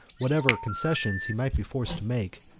whatever concessions he might be forced to make,